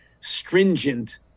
stringent